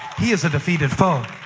he is a defeated foe.